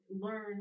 learn